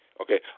Okay